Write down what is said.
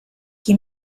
qui